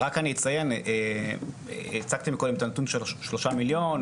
הצגתי קודם את הנתון של שלושה מיליון,